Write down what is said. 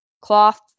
cloth